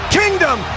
kingdom